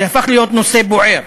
זה הפך להיות נושא בוער